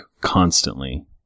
constantly